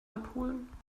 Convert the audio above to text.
abholen